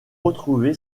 retrouvé